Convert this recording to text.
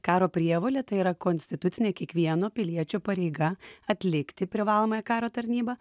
karo prievolė tai yra konstitucinė kiekvieno piliečio pareiga atlikti privalomąją karo tarnybą